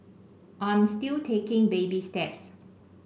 I'm still taking baby steps